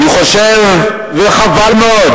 אני חושב, וחבל מאוד.